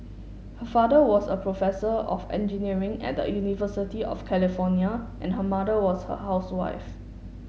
her father was a professor of engineering at the University of California and her mother was a housewife